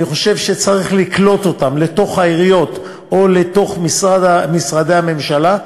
אני חושב שצריך לקלוט אותם לתוך העיריות או לתוך משרדי הממשלה,